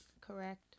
Correct